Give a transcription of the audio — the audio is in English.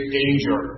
danger